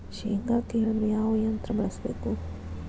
ಶೇಂಗಾ ಕೇಳಲು ಯಾವ ಯಂತ್ರ ಬಳಸಬೇಕು?